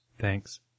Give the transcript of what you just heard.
Thanks